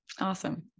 Awesome